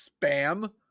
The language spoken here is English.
spam